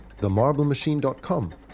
themarblemachine.com